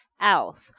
else